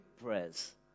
prayers